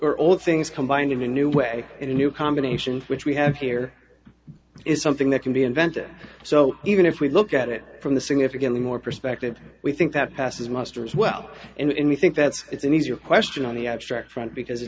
or all things combined in a new way in a new combinations which we have here it's something that can be invented so even if we look at it from the significantly more perspective we think that passes muster as well and we think that's it's an easier question on the abstract front because